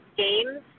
games